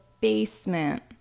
basement